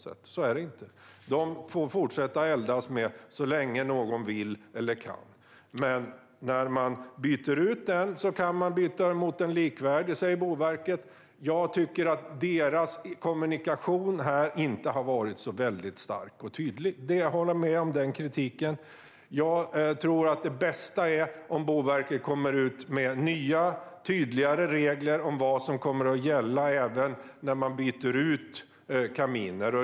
Så är det inte, utan de får fortsätta eldas så länge någon vill och kan. När man sedan byter ut sin kamin eller spis kan man byta mot en likvärdig, säger Boverket. Jag tycker att deras kommunikation i detta inte har varit så väldigt stark och tydlig. Den kritiken håller jag med om, och jag tror att det bästa vore om Boverket kom ut med nya, tydligare regler om vad som kommer att gälla även när man byter ut kaminer.